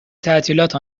تعطیلات